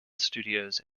studios